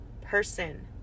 person